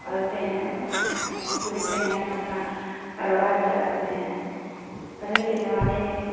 पालते हैं दूध दोहते हैं अपना कारोबार चलाते हैं पहले के ज़माने में